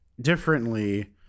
differently